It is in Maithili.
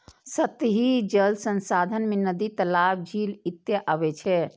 सतही जल संसाधन मे नदी, तालाब, झील इत्यादि अबै छै